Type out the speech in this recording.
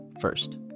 first